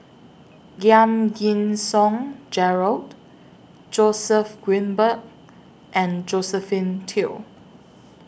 Giam Yean Song Gerald Joseph Grimberg and Josephine Teo